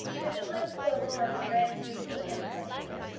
mrs. lynde's quilts served a very useful purpose that winter.